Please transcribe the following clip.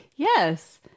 Yes